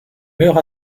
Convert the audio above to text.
meurt